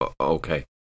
Okay